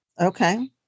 Okay